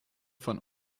von